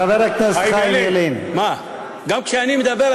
חבר הכנסת